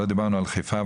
לא דיברנו על חיפה,